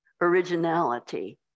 originality